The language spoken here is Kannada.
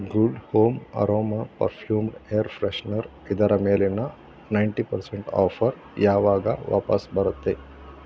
good home aroma perfume air freshener ಇದರ ಮೇಲಿನ ನೈನ್ಟಿ ಪರ್ಸೆಂಟ್ ಆಫರ್ ಯಾವಾಗ ವಾಪಸ್ಸು ಬರುತ್ತೆ